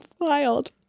wild